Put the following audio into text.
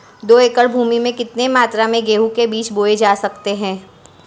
दो एकड़ भूमि में कितनी मात्रा में गेहूँ के बीज बोये जा सकते हैं?